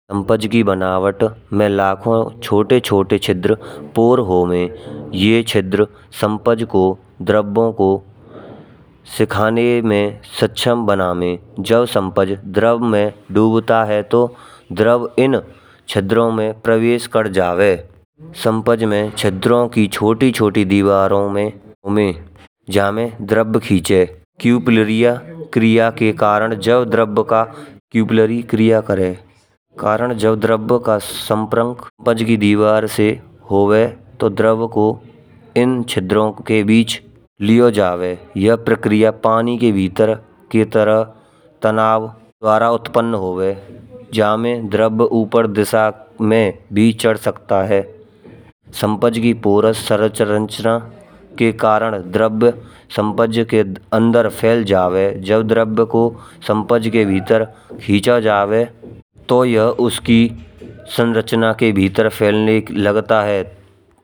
सम्पज की बनावट मा लाखो छोटे छोटे छिद्र पोर होवे। ये छिद्र सम्पज को द्रबो को सिखाने मा सक्षम बनावे जब सम्पज द्रब मा डूबता ह तो द्रब इन छिद्रो मा प्रवेश कर जावे। सम्पज मा छिद्रो की छोटी छोटी दीवारो मा जमे द्रब खींचे कुप्लरिया क्रिया के कारण जब द्रब का कुप्लरिया क्रिया करें, कारण जब द्रब का सम्प्रांक पज की दीवार से होवे तो द्रब को इन छिद्रो के बीच लियो जावे। यह प्रक्रिया पानी के भीतर की तरह तनाव के द्वारा उत्पन्न होवे जमे द्रब ऊपर दिशा मा भी चढ़ सकता ह । सम्पज की पोरस सरस संरचना के कारण द्रब सम्पज के अंदर फल जावे। जब द्रब को सम्पज के भीतर खींचा जावे तो यह उसकी संरचना के भीतर फलने लगता है।